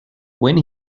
when